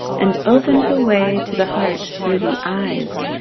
and opened the way to the heart through the eyes,